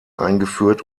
eingeführt